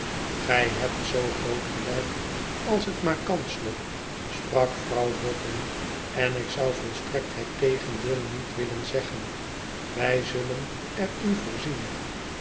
gi hebt zoo groot gelijk als het maarkan slop sprak mevrouw boffin ik zou volstrekt het tegendeel niet willen zeggen wij zullen er in voorzien